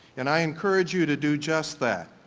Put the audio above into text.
and i encourage you to do just that.